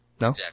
No